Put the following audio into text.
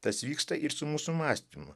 tas vyksta ir su mūsų mąstymu